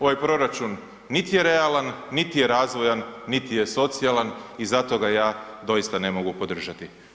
Ovaj proračun niti je realan niti je razvojan niti je socijalan i zato ga ja doista ne mogu podržati.